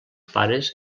pares